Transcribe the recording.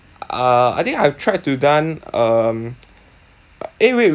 uh I think I've tried to done um eh wait